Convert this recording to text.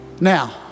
Now